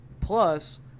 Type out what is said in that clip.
Plus